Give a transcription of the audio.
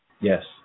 Yes